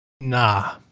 nah